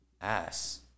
Ass